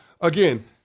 again